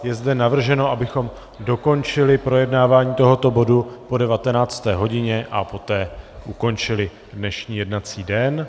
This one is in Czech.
Je zde navrženo, abychom dokončili projednávání tohoto bodu po 19. hodině a poté ukončili dnešní jednací den.